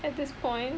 at this point